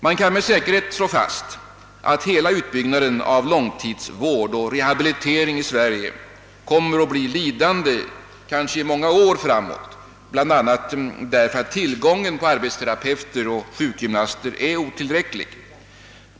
Man kan med säkerhet slå fast att hela utbyggnaden av långtidsvård och rehabilitering i Sverige kommer att bli lidande — kanske i många år framåt — på att tillgången på arbetsterapeuter och sjukgymnaster är otillräcklig.